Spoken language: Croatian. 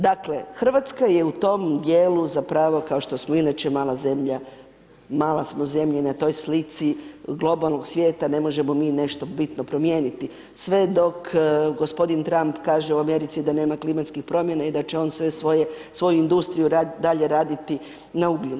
Dakle, Hrvatske je u tom dijelu zapravo kao što smo inače mala zemlja, mala smo zemlja i na toj slici globalnog svijeta ne možemo mi nešto bitno promijeniti, sve dok gospodin Tramp kaže u Americi da nema klimatskih promjena i da će on sve svoju industriju dalje raditi na ugljen.